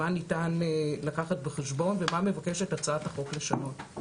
מה ניתן לקחת בחשבון ומה מבקשת הצעת החוק לשנות.